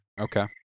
Okay